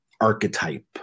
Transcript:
archetype